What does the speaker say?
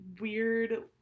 weird